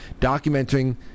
documenting